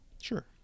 Sure